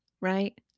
right